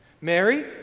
Mary